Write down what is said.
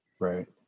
right